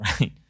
right